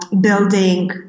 building